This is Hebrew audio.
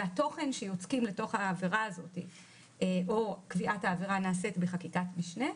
והתוכן שיוצקים לתוך העבירה הזאת או קביעת העבירה נעשית בחקיקת משנה,